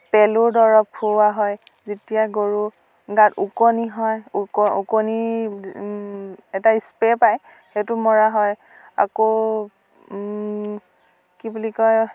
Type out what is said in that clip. পেলুৰ দৰৱ খুওঁৱা হয় যেতিয়া গৰুৰ গাত ওকণি হয় ওক ওকণিৰ এটা স্প্ৰে' পায় সেইটো মৰা হয় আকৌ কি বুলি কয়